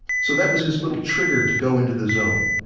so that was his little trigger to go into the zone.